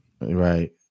Right